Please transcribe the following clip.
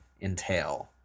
entail